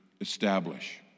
establish